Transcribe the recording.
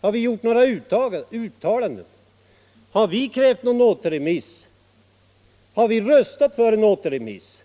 Har vi krävt några uttalanden? Har vi yrkat på återremiss? Har vi röstat för en återremiss?